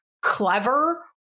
clever